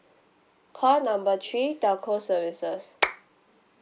call number three telco services